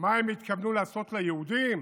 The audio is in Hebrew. מה הם התכוונו לעשות ליהודים